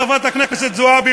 חברת הכנסת זועבי,